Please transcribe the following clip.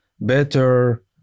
better